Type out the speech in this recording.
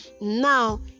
Now